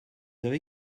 avez